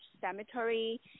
Cemetery